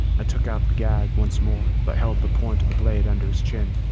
i took out the gag once more but held the point of the blade under his chin.